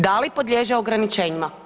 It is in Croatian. Da li podliježe ograničenjima?